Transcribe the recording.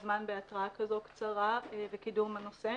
הישיבה בהתרעה כל כך קצרה ועל קידום הנושא.